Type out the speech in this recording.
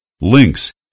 links